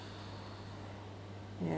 ya